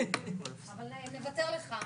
אבל נוותר לך.